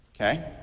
Okay